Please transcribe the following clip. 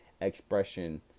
expression